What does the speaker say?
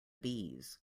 bees